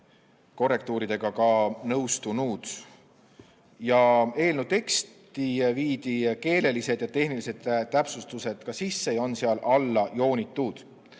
korrektuuridega nõustunud. Eelnõu teksti viidi keelelised ja tehnilised täpsustused sisse ja need on seal alla joonitud.